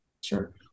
Sure